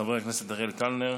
חבר הכנסת אריאל קלנר,